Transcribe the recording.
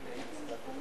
חבר הכנסת נחמן שי,